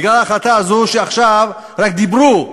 בגלל ההחלטה הזאת שעכשיו רק דיברו,